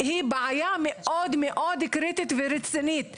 היא בעיה מאוד מאוד קריטית ורצינית.